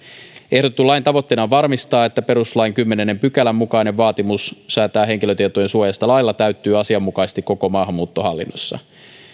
ehdotetun lain tavoitteena on varmistaa että perustuslain kymmenennen pykälän mukainen vaatimus säätää henkilötietojen suojasta lailla täyttyy asianmukaisesti koko maahanmuuttohallinnossa ehdotuksella